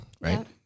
right